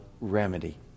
remedy